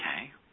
Okay